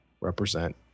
represent